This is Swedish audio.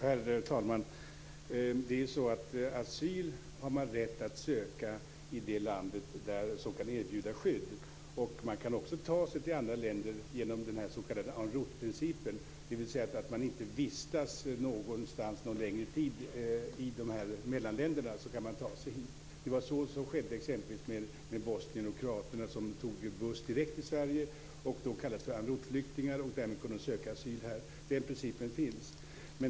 Herr talman! Asyl har man rätt att söka i det land som kan erbjuda skydd. Man kan också ta sig till andra länder genom den s.k. en route-principen, dvs. att man inte vistas någon längre tid i mellanländerna. Då kan man ta sig hit. Det var så som skedde med exempelvis bosnierna och kroaterna. De tog buss direkt till Sverige. De kallas för en route-flyktingar och därmed kunde de söka asyl här. Den principen finns.